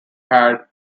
had